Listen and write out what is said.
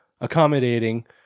accommodating